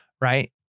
right